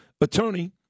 attorney